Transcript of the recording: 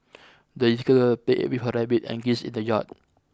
the little played with her rabbit and geese in the yard